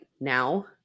now